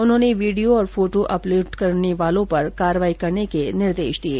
उन्होंने वीडियो और photo upload करने वालों पर कार्रवाई करने के निर्देश दिये